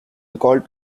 recalled